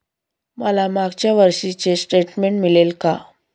मला मागच्या वर्षीचे स्टेटमेंट मिळेल का?